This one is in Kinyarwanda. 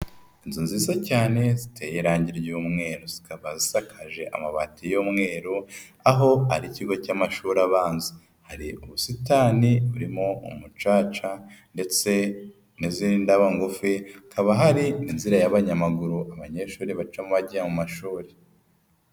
Inzu nziza cyane ziteye irangi ry'umweru. Zikaba zisakaje amabati y'umweru. Aho ari ikigo cy'amashuri abanza. Hari ubusitani burimo umucaca ndetse n'izindi ndabo ngufi. Hakaba hari inzira y'abanyamaguru, abanyeshuri bacamo bagiye mu mashuri.